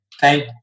thank